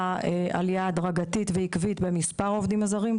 עלייה הדרגתית ועקבית במספר העובדים הזרים,